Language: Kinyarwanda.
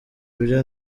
ibyo